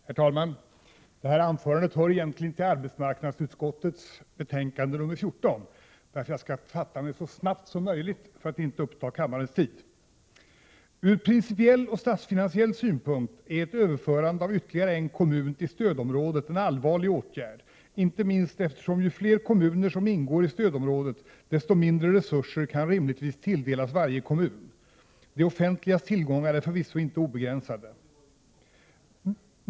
Herr talman! Det anförande jag skall hålla avser arbetsmarknadsutskottets betänkande 14, och jag skall fatta mig så kort som möjligt för att inte alltför mycket uppta kammarens tid. Ur principiell och statsfinansiell synpunkt är ett överförande av ytterligare en kommun till stödområdet en allvarlig åtgärd, inte minst därför att ju fler kommuner som ingår i stödområdet, desto mindre resurser kan rimligtvis tilldelas varje kommun. Det offentligas tillgångar är förvisso inte obegränsade.